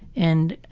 and